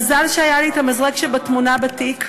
מזל שהיה לי המזרק שבתמונה בתיק,